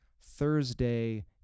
Thursday